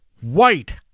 white